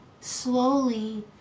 slowly